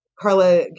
Carla